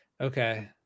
Okay